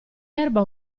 erba